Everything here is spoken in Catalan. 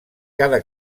cada